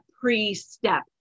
pre-step